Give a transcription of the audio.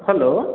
hello